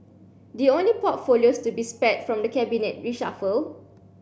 the only portfolios to be spared from the cabinet reshuffle